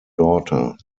daughter